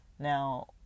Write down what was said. Now